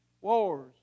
Wars